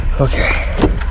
Okay